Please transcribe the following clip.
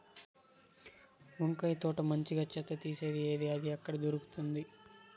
వంకాయ తోట మంచిగా చెత్త తీసేది ఏది? అది ఎక్కడ దొరుకుతుంది?